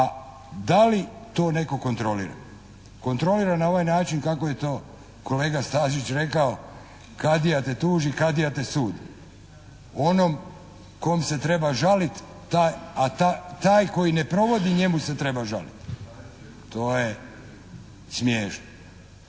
a da li to netko kontrolira. Kontrolira na ovaj način kako je to kolega Stazić rekao "Kadija te tuži, Kadija te sudi." onom kome se treba žaliti a taj koji ne provodi njemu se treba žaliti. To je smiješno.